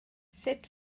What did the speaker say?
sut